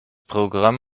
programm